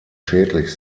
schädlich